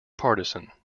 partisan